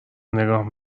نگاه